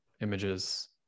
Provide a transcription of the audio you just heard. images